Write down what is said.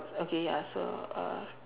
okay ya so uh